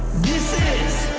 this is